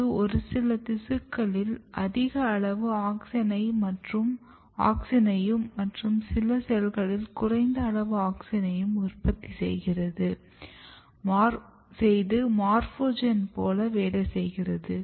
இது ஒருசில திசுக்களில் அதிக அளவு ஆக்ஸினையும் மற்ற சில செல்களில் குறைந்த அளவு ஆக்ஸினையும் உற்பத்தி செய்து மார்போஜன் போல் வேலைசெய்கிறது